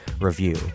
review